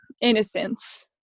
innocence